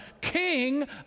King